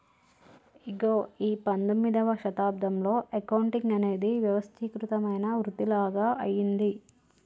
ఇగో ఈ పందొమ్మిదవ శతాబ్దంలో అకౌంటింగ్ అనేది వ్యవస్థీకృతమైన వృతిలాగ అయ్యింది